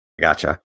Gotcha